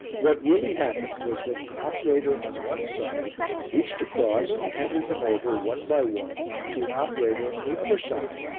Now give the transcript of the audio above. what really happened was that an operator on one side reached across and handed them over one by one to an operator on the other side,